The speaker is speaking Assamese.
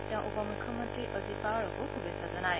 তেওঁ উপ মুখ্যমন্ত্ৰী অজিত পাৱাৰকো শুভেচ্ছা জনায়